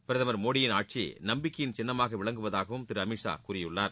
பிரதமர் மோடியின் ஆட்சி நம்பிக்கையின் சின்னமாக விளங்குவதாகவும் திரு அமித்ஷா கூறியுள்ளார்